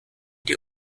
die